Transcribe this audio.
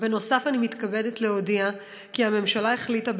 נוסף על כך אני מתכבדת להודיע כי הממשלה החליטה,